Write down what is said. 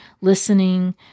listening